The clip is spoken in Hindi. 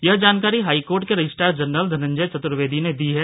यह जानकारी हाईकोर्ट के रजिस्ट्रार जनरल धनंजय चतुर्वेदी ने दी है